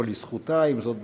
או לזכותה, אם זו דוברת,